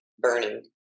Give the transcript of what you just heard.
burning